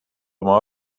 oma